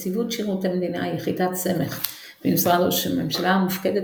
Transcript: נציבות שירות המדינה היא יחידת סמך במשרד ראש הממשלה המופקדת